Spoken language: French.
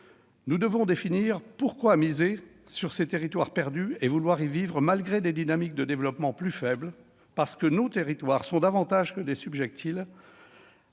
modernité. Pourquoi miser sur ces territoires perdus et vouloir y vivre, malgré des dynamiques de développement plus faibles ? Parce que nos territoires sont davantage que des subjectiles